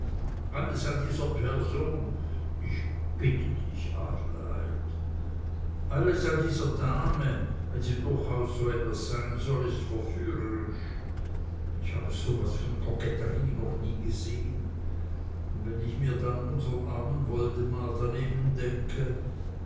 alles an dieser person ich bitte dich adelheid alles an dieser dame wenn sie durchaus so etwas sein soll ist verführerisch ich habe so was von koketterie noch nie gesehn und wenn ich mir dann unsern armen woldemar daneben denke